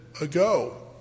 ago